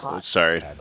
Sorry